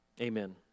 amen